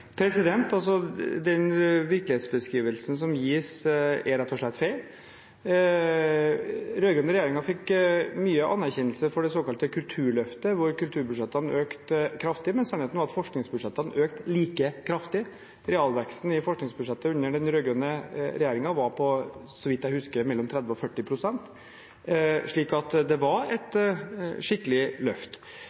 Den virkelighetsbeskrivelsen som gis, er rett og slett feil. Den rød-grønne regjeringen fikk mye anerkjennelse for det såkalte Kulturløftet, hvor kulturbudsjettene økte kraftig. Men sannheten er at forskningsbudsjettene økte like kraftig. Realveksten i forskningsbudsjettet under den rød-grønne regjeringen var – så vidt jeg husker – på mellom 30 og 40 pst., slik at det var et skikkelig løft.